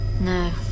No